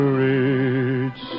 reach